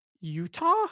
Utah